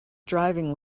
driving